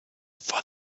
for